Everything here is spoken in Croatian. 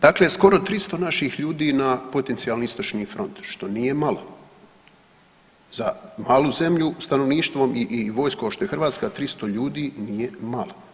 Dakle, skoro 300 naših ljudi na potencijali istočni front, što nije malo za malu zemlju stanovništvom i vojskom što je Hrvatska 300 ljudi nije malo.